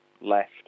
left